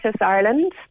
Ireland